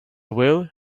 will